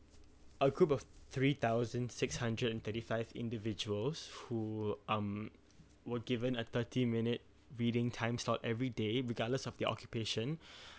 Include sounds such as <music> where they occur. a group of three thousand six hundred and thirty five individuals who um were given a thirty minute reading time slot every day regardless of their occupation <breath>